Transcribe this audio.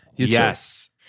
Yes